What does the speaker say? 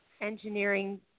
engineering